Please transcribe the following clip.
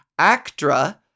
ACTRA